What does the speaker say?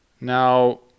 Now